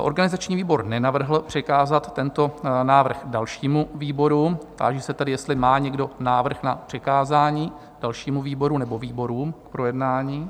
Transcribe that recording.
Organizační výbor nenavrhl přikázat tento návrh dalšímu výboru, táži se tedy, jestli má někdo návrh na přikázání dalšímu výboru nebo výborům k projednání?